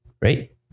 right